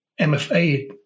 MFA